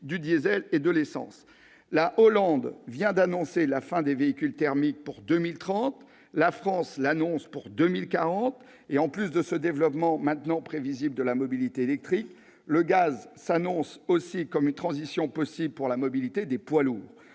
du diesel et de l'essence. La Hollande vient d'annoncer la fin des véhicules thermiques pour 2030, la France l'annonce pour 2040 ; à ce développement désormais prévisible de la mobilité électrique s'ajoute la perspective d'une transition possible, le gaz, pour la mobilité des poids lourds.